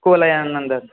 कुवलयानन्दः